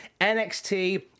NXT